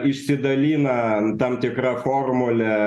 išsidalina tam tikra formulė